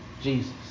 Jesus